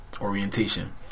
Orientation